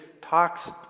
talks